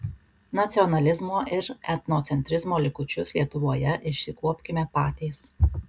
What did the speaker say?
nacionalizmo ir etnocentrizmo likučius lietuvoje išsikuopkime patys